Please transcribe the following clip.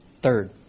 Third